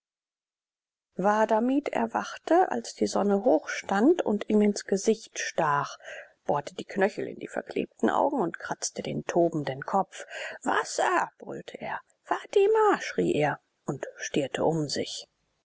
wahadamib erwachte als die sonne hoch stand und ihm ins gesicht stach bohrte die knöchel in die verklebten augen und kratzte den tobenden kopf wasser brüllte er fatima schrie er und stierte um sich